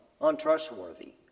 untrustworthy